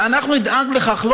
שאנחנו נדאג לכך,